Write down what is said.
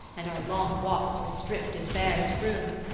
and our long walks were stript as bare as brooms,